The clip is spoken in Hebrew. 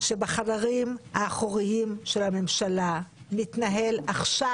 שבחדרים האחוריים של הממשלה מתנהל עכשיו,